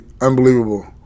unbelievable